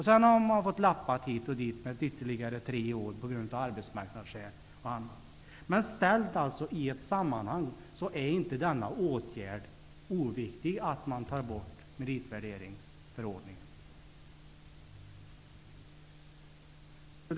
Sedan har man av bl.a. arbetsmarknadsskäl fått lappa hit och dit med ytterligare tre år. Men ställd i ett sammanhang är inte åtgärden att ta bort meritvärderingsförordningen oviktig.